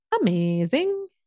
amazing